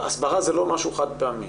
הסברה זה לא משהו חד פעמי